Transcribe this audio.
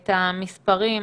את המספרים,